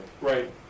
Right